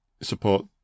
support